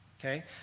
okay